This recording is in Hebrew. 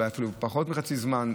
אולי אפילו פחות מחצי זמן.